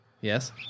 Yes